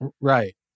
Right